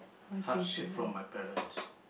hardship from my parents